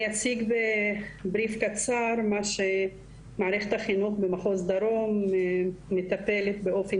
אני אציג בבריף קצר מה שמערכת החינוך במחוז דרום מטפלת באופן